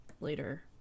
later